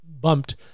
bumped